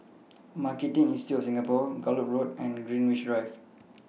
Marketing Institute of Singapore Gallop Road and Greenwich Drive